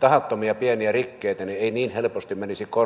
tahattomia pieniä rikkeitä kuitenkin sattuu niin ei niin helposti menisi kortti